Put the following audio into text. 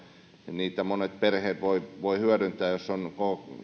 niitä monet perheet voivat hyödyntää jos on